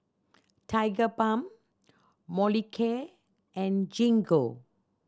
Tigerbalm Molicare and Gingko